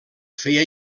feia